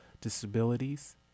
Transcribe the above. disabilities